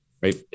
right